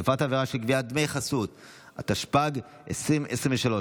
התשפ"ג 2023,